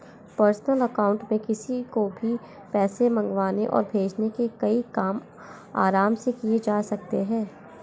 personal account में से किसी को भी पैसे मंगवाने और भेजने के कई काम आराम से किये जा सकते है